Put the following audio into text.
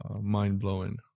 mind-blowing